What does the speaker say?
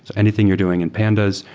anything you're doing in pandas,